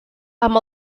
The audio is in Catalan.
amb